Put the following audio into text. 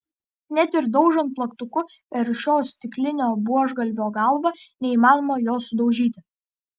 net ir daužant plaktuku per šio stiklinio buožgalvio galvą neįmanoma jo sudaužyti